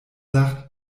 lacht